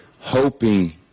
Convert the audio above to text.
hoping